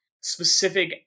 specific